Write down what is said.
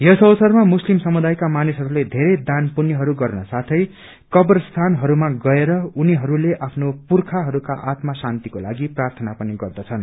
यस अवसरमा मुस्लिम समुदयका मानिसहस्ले बेरै दान पुण्यहरू गर्न साथै कब्रस्तानहरूमा गएर उनीहरूले आफ्नो पूर्खाहरूका आत्मा शान्तिको लागि प्रार्थना पनि गर्छन्